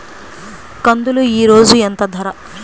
కందులు ఈరోజు ఎంత ధర?